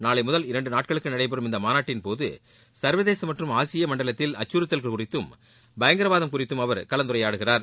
நாளை முதல் இரண்டு நாட்களுக்கு நடைபெறும் இந்த மாநாட்டின் போது சர்வதேச மற்றும் ஆசிய மண்டலத்தில் அச்சுறுத்தல்கள் குறித்தும் பயங்கரவாதம் குறித்தும் அவர் கலந்துரையாடுகிறார்